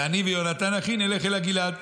ואני ויונתן אחי נלך אל הגלעד.